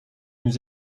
nous